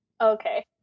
Okay